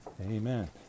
Amen